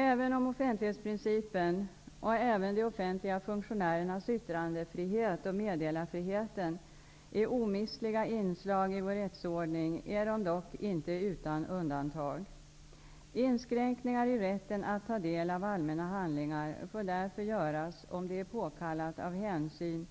Även om offentlighetsprincipen och även de offentliga funktionärernas yttrandefrihet och meddelarfriheten är omistliga inslag i vår rättsordning är de dock inte utan undantag. Inskränkningar i rätten att ta del av allmänna handlingar får därför göras om det är påkallat av hänsyn